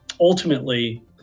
ultimately